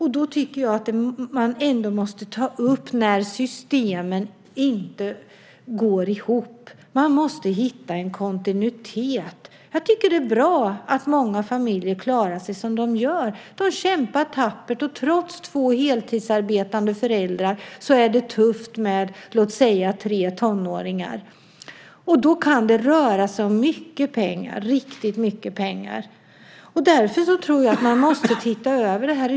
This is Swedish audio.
Jag tycker att man måste ta upp när systemen inte går ihop. Man måste hitta en kontinuitet. Jag tycker att det är bra att många familjer klarar sig så bra som de gör. De kämpar tappert, och trots två heltidsarbetande föräldrar är det tufft med tre tonåringar. Då kan det röra sig om riktigt mycket pengar. Därför tror jag att man måste titta över detta.